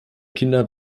kinder